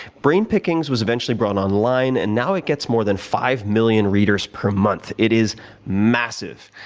brain pickings was eventually brought online, and, now, it gets more than five million readers per month. it is massive.